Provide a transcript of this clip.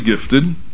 gifted